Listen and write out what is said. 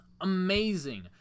amazing